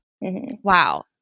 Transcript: Wow